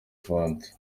fanta